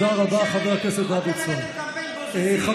חבר הכנסת כהן,